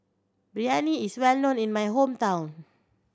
biryani is well known in my hometown